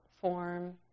form